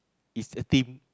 it's a thing